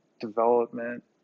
development